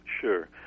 Sure